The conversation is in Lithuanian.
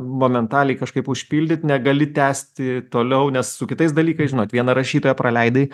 momentaliai kažkaip užpildyt negali tęsti toliau nes su kitais dalykais žinot vieną rašytoją praleidai